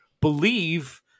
believe